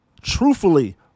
truthfully